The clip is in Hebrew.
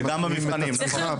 וגם במשרדים.